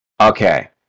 okay